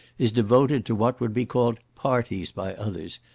is devoted to what would be called parties by others,